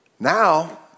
Now